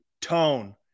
Tone